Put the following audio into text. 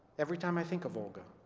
every time i think of olga